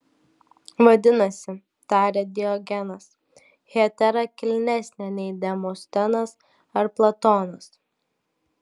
vadinasi tarė diogenas hetera kilnesnė nei demostenas ar platonas